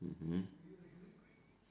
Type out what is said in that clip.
mmhmm